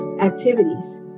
activities